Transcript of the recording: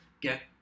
Get